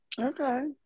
Okay